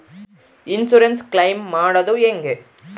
Insurance claim ಮಾಡದು ಹೆಂಗೆ?